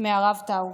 מהרב טאו,